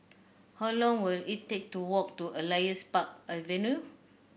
how long will it take to walk to Elias Park Avenue